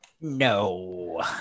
No